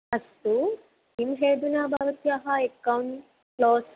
अस्तु किं भेदः भवत्याः एकौण्ट् क्लोस्